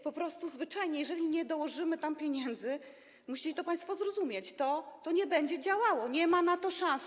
Po prostu zwyczajnie, jeżeli nie dołożymy tam pieniędzy - musicie to państwo zrozumieć - nie będzie to działało, nie ma na to szans.